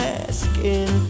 asking